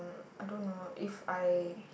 I don't know if I